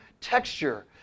texture